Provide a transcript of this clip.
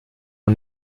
und